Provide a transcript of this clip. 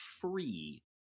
free